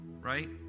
right